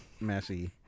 messy